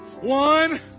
One